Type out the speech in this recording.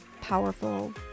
powerful